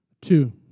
Two